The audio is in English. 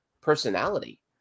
personality